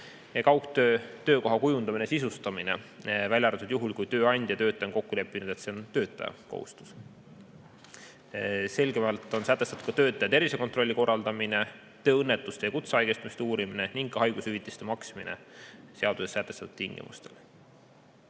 kaugtöö töökoha kujundamine ja sisustamine, välja arvatud juhul, kui tööandja ja töötaja on kokku leppinud, et see on töötaja kohustus. Selgemalt on sätestatud ka töötaja tervisekontrolli korraldamine, tööõnnetuste ja kutsehaigestumiste uurimine ning haigushüvitiste maksmise tingimused.